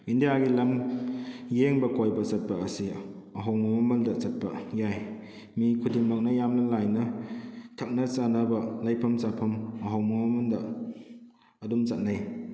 ꯏꯟꯗꯤꯌꯥꯒꯤ ꯂꯝ ꯌꯦꯡꯕ ꯀꯣꯏꯕ ꯆꯠꯄ ꯑꯁꯤ ꯑꯍꯣꯡꯕ ꯃꯃꯟꯗ ꯆꯠꯄ ꯌꯥꯏ ꯃꯤ ꯈꯨꯗꯤꯡꯃꯛꯅ ꯌꯥꯝꯅ ꯂꯥꯏꯅ ꯊꯛꯅ ꯆꯥꯅꯕ ꯂꯩꯐꯝ ꯆꯥꯐꯝ ꯑꯍꯣꯡꯕ ꯃꯃꯟꯗ ꯑꯗꯨꯝ ꯆꯠꯅꯩ